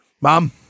mom